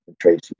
Tracy